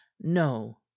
no